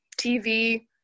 TV